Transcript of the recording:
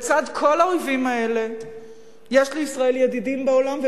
בצד כל האויבים האלה יש לישראל ידידים בעולם,